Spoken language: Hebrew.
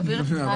מדברת איתך.